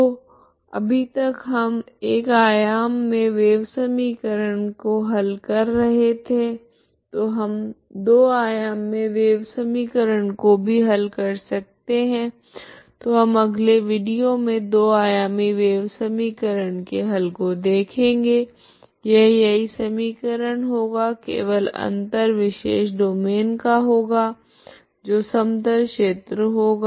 तो अभी तक हम 1 आयाम मे वेव समीकरण को हल कर रहे थे तो हम 2 आयाम मे वेव समीकरण को भी हल कर सकते है तो हम अगले विडियो मे 2 आयामी वेव समीकरण के हल को देखेगे यह यही समीकरण होगी केवल अंतर विशेष डोमैन का होगा जो समतल क्षेत्र होगा